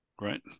right